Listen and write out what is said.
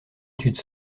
étude